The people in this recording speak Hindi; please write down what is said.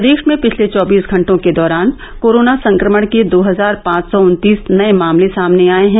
प्रदेश में पिछले चौबीस घंटों के दौरान कोरोना संक्रमण के दो हजार पांच सौ उन्तीस नए मामले सामने आए हैं